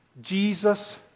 Jesus